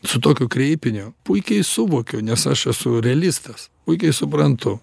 su tokiu kreipiniu puikiai suvokiu nes aš esu realistas puikiai suprantu